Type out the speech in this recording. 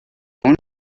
amunt